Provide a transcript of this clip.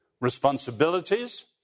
responsibilities